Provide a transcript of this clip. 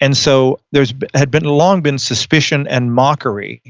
and so, there's had been long been suspicion and mockery